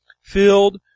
filled